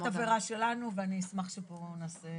את נוגעת בתבערה שלנו ואני אשמח שפה נעשה.